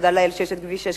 ותודה לאל שיש כביש 6,